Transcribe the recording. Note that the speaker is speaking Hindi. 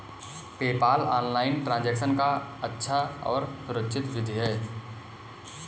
पेपॉल ऑनलाइन ट्रांजैक्शन का अच्छा और सुरक्षित विधि है